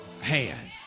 hand